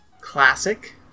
Classic